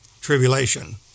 tribulation